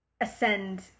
ascend